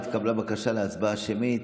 התקבלה בקשה להצבעה שמית.